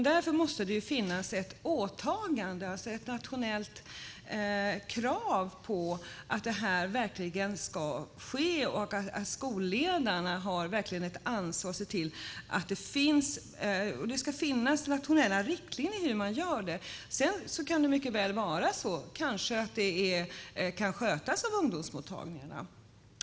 Därför måste det finnas ett åtagande, ett nationellt krav på att detta verkligen ska ske och att skolledarna har ett ansvar för att se till att detta finns. Det ska finnas nationella riktlinjer för hur man gör. Det hela kanske kan skötas av ungdomsmottagningarna.